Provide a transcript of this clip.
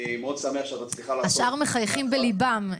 השאר מחייכים בליבם.